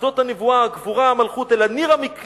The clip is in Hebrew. "שדות הנבואה, הגבורה, המלכות / אל ניר-המקלט"